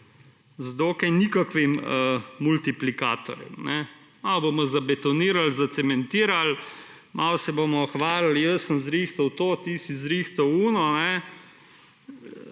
z dokaj »nikakvim« multiplikatorjem. Malo bomo zabetonirali, zacementirali, malo se bomo hvalili jaz sem zrihtal to, ti si zrihtal tisto,